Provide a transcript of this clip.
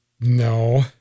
No